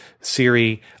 Siri